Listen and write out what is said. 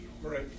Right